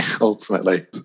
ultimately